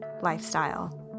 lifestyle